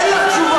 אין לך תשובה.